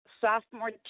sophomore